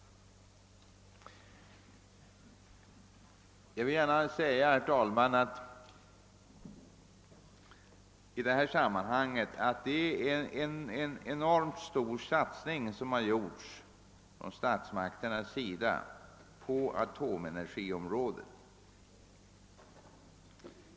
Jag vill i detta sammanhang gärna säga att statsmakterna har gjort en enormt stor satsning på atomenergiområdet.